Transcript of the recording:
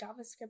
JavaScript